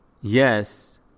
yes